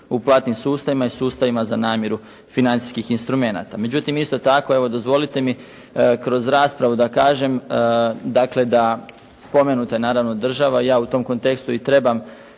u platnim sustavima i sustavima za namiru financijskih instrumenata. Međutim, isto tako, evo dozvolite mi kroz raspravu da kažem dakle da spomenuta je naravno država i ja u tom kontekstu i trebam